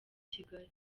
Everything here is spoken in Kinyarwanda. kigali